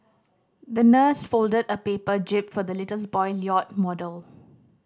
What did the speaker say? the nurse folded a paper jib for the little boy yacht model